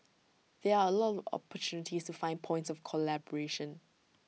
there are A lot opportunities to find points of collaboration